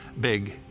big